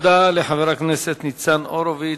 תודה לחבר הכנסת ניצן הורוביץ.